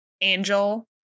Angel